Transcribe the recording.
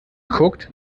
geguckt